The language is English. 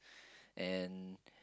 and